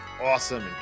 awesome